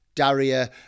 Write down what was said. Daria